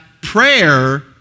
prayer